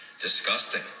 Disgusting